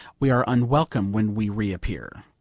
we are unwelcome when we reappear.